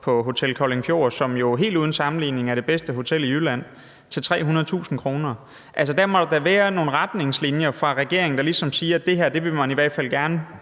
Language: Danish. på Hotel Koldingfjord, som jo helt uden sammenligning er det bedste hotel i Jylland, til 300.000 kr. Altså, der må da være nogle retningslinjer fra regeringen, der ligesom siger, at det her vil man i hvert fald gerne